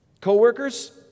Co-workers